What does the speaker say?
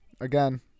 Again